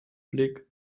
blick